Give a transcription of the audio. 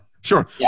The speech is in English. Sure